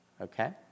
okay